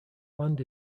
land